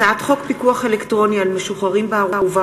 הצעת חוק פיקוח אלקטרוני על משוחררים בערובה